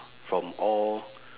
from all